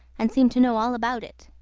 and seemed to know all about it.